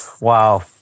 wow